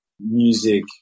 music